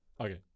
Okay